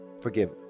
forgive